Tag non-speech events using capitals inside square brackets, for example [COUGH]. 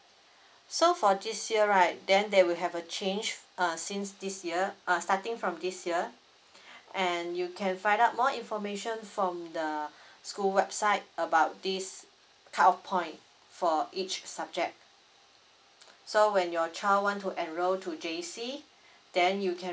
so for this year right then they will have a change uh since this year uh starting from this year [BREATH] and you can find out more information from the [BREATH] school website about this cut off point for each subject so when your child want to enroll to J_C [BREATH] then you can refer